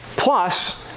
Plus